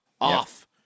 Off